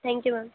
thank you ma'am